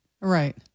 Right